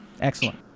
Excellent